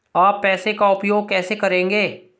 आप पैसे का उपयोग कैसे करेंगे?